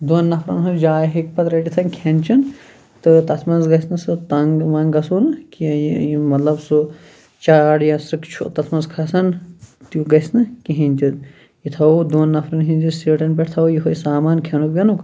دۄن نَفرَن ہٕنٛز جاے ہیٚکہِ پَتہٕ ریٚٹِتھ کھیٚن چیٚن تہٕ تَتھ مَنٛز گَژھِ نہٕ سہُ تَنٛگ وَنٛگ گَژھو نہٕ کینٛہہ مَطلَب سُہ چار یا سُکہ چھُ تَتھ مَنٛز کھَسان تہِ گَژھِ نہٕ کِہیٖنۍ تہِ یہِ تھاوو دۄن نَفرَن ہٕنٛدِس سیٖٹَن پٮ۪ٹھ تھاوو یُہے سامان کھیٚنُک ویٚنُک